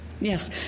Yes